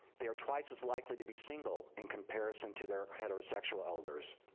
they are twice as likely to be single in comparison to their heterosexual elders.